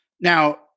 Now